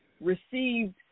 received